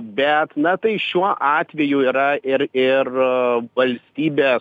bet na tai šiuo atveju yra ir ir valstybės